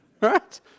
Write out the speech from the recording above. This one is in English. right